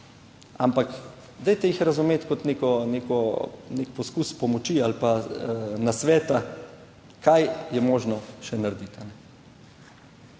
ampak dajte jih razumeti kot nek poskus pomoči ali pa nasveta kaj je možno še narediti.